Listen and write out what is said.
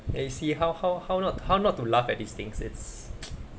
eh you see how how how not how not to laugh at these things it's